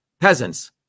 Peasants